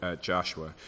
Joshua